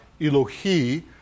Elohi